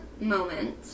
moment